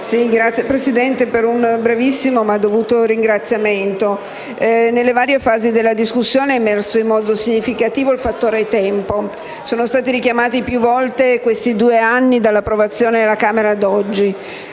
per esprimere un brevissimo ma dovuto ringraziamento. Nelle varie fasi della discussione è emerso in modo significativo il fattore tempo. Sono stati richiamati più volte i due anni trascorsi dall'approvazione alla Camera ad oggi.